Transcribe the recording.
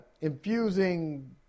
infusing